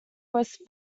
west